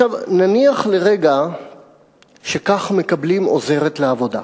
עכשיו, נניח לרגע שכך מקבלים עוזרת לעבודה,